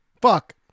fuck